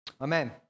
amen